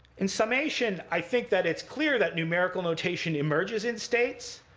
in summation, i think that it's clear that numerical notation emerges in states,